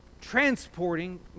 transporting